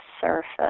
surface